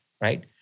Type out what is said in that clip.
right